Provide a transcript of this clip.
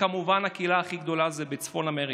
כמובן, הקהילה הכי גדולה היא בצפון אמריקה.